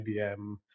IBM